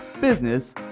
business